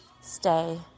stay